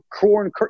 corn